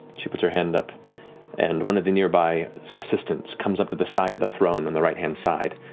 she puts her hand up and one of the nearby assistants comes up to the side of the throne on the right-hand side,